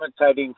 commentating